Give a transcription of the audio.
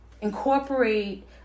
incorporate